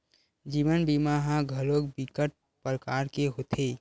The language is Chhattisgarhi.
जीवन बीमा ह घलोक बिकट परकार के होथे